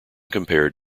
compared